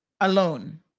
alone